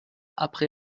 après